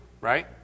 right